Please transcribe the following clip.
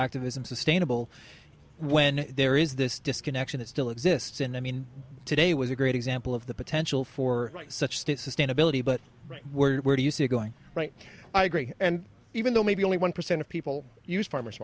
activism sustainable when there is this disconnection that still exists and i mean today was a great example of the potential for such state sustainability but where do you see it going right i agree and even though maybe only one percent of people use farmers